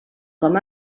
com